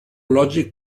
logic